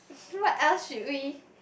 so what else should we